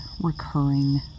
recurring